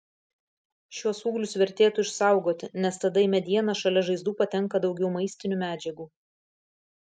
šiuos ūglius vertėtų išsaugoti nes tada į medieną šalia žaizdų patenka daugiau maistinių medžiagų